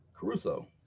Caruso